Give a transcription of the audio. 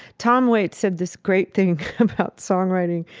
tom waits said this great thing about songwriting.